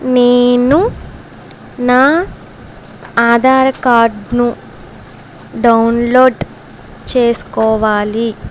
నేనూ నా ఆధార్ కార్డ్ను డౌన్లోడ్ చేసుకోవాలి